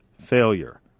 failure